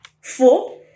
Four